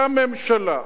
והממשלה,